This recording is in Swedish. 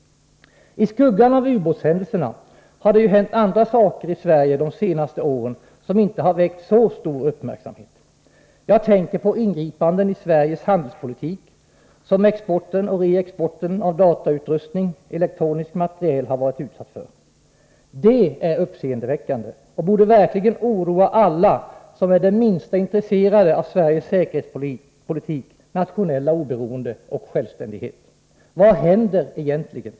I skuggan av ubåtshändelserna har det ju hänt andra saker i Sverige de senaste åren, som inte har väckt så stor uppmärksamhet. Jag tänker på de ingripanden i Sveriges handelspolitik som exporten och reexporten av datautrustning, elektronisk materiel, har varit utsatt för. Det är uppseendeväckande och borde verkligen oroa alla som är det minsta intresserade av Sveriges säkerhetspolitik, nationella oberoende och självständighet. Vad händer egentligen?